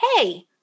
hey